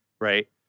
right